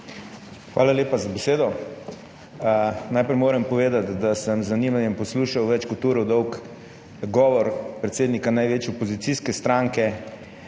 Hvala lepa za besedo. Najprej moram povedati, da sem z zanimanjem poslušal več kot uro dolg govor predsednika največje opozicijske stranke